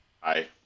Hi